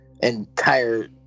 entire